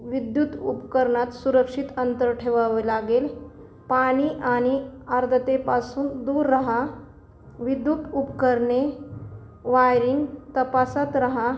विद्युत उपकरणांत सुरक्षित अंतर ठेवावं लागेल पाणी आणि आर्द्रतेपासून दूर राहा विद्युत उपकरणे वायरिंग तपासत राहा